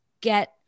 get